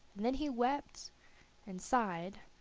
and then he wept and sighed,